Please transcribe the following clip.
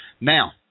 Now